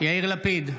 יאיר לפיד,